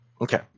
Okay